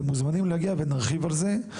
אתם מוזמנים להגיע ונדבר על זה.